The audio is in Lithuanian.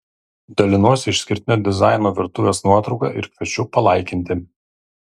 dalinuosi išskirtinio dizaino virtuvės nuotrauka ir kviečiu palaikinti